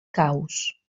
caus